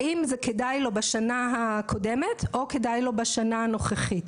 האם זה כדאי לו בשנה הקודמת או בשנה הנוכחית.